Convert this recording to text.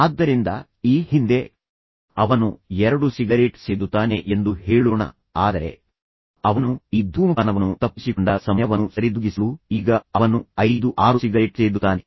ಆದ್ದರಿಂದ ಈ ಹಿಂದೆ ಅವನು ಎರಡು ಸಿಗರೇಟ್ ಸೇದುತ್ತಾನೆ ಎಂದು ಹೇಳೋಣ ಆದರೆ ಅವನು ಈ ಧೂಮಪಾನವನ್ನು ತಪ್ಪಿಸಿಕೊಂಡ ಸಮಯವನ್ನು ಸರಿದೂಗಿಸಲು ಈಗ ಅವನು ಐದು ಆರು ಸಿಗರೇಟ್ ಸೇದುತ್ತಾನೆ